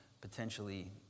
potentially